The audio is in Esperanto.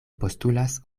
postulas